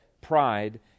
pride